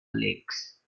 lakes